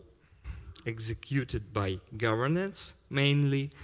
executed by governments, mainly,